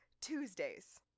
Tuesdays